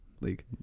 league